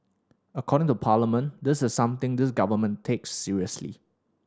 accounting to Parliament this is something this Government takes seriously